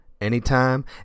anytime